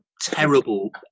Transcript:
terrible